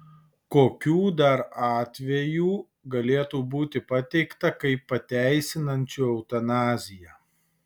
kokių dar atvejų galėtų būti pateikta kaip pateisinančių eutanaziją